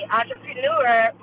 entrepreneur